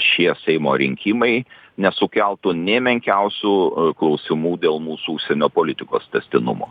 šie seimo rinkimai nesukeltų nė menkiausių klausimų dėl mūsų užsienio politikos tęstinumo